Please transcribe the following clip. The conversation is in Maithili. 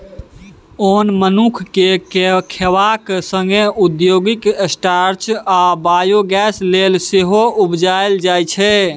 ओन मनुख केँ खेबाक संगे औद्योगिक स्टार्च आ बायोगैस लेल सेहो उपजाएल जाइ छै